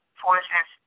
forces